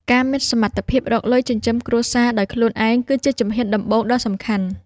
ការមានសមត្ថភាពរកលុយចិញ្ចឹមគ្រួសារដោយខ្លួនឯងគឺជាជំហានដំបូងដ៏សំខាន់។